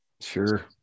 Sure